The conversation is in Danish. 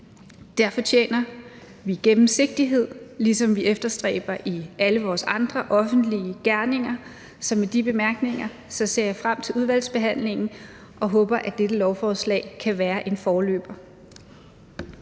Der fortjener vi gennemsigtighed, ligesom vi efterstræber det i alle vores andre offentlige gerninger. Med de bemærkninger ser jeg frem til udvalgsbehandlingen, og jeg håber, at dette lovforslag kan være en forløber.